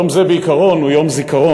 יום זה בעיקרון הוא יום זיכרון,